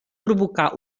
provocà